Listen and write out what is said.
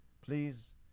please